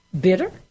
bitter